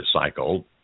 cycle